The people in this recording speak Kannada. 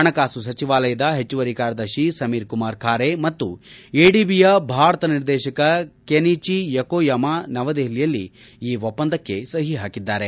ಹಣಕಾಸು ಸಚಿವಾಲಯದ ಹೆಚ್ಚುವರಿ ಕಾರ್ಯದರ್ಶಿ ಸಮೀರ್ ಕುಮಾರ್ ಖಾರೆ ಮತ್ತು ಎದಿಬಿಯ ಭಾರತದ ನಿರ್ದೇಶಕ ಕೆನಿಚಿ ಯೊಕೊಯಮಾ ನವದೆಹಲಿಯಲ್ಲಿ ಈ ಒಪ್ಪಂದಕ್ಕೆ ಸಹಿ ಮಾಡಿದ್ದಾರೆ